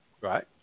Right